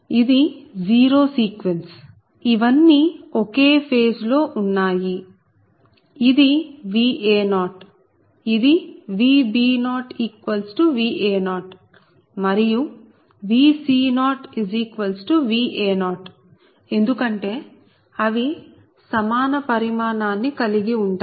ఇది zero sequence ఇవన్నీ ఒకే ఫేజ్ లో ఉన్నాయి ఇది Va0 ఇది Vb0Va0 మరియు Vc0Va0 ఎందుకంటే అవి సమాన పరిమాణాన్ని కలిగి ఉంటాయి